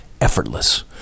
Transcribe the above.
effortless